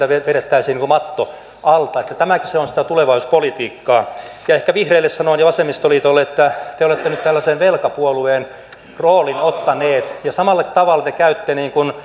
vedettäisiin matto alta tämäkö se on sitä tulevaisuuspolitiikkaa ehkä vihreille ja vasemmistoliitolle sanon että te olette nyt tällaisen velkapuolueen roolin ottaneet ja samalla tavalla te käytte